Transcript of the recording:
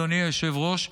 אדוני היושב-ראש,